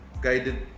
guided